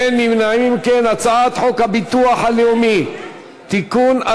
ההצעה להפוך את הצעת חוק הביטוח הלאומי (תיקון,